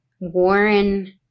Warren